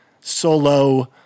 solo